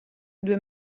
due